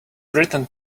written